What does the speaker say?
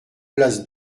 place